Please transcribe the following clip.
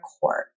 court